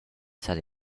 san